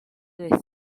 est